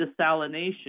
desalination